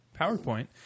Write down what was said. PowerPoint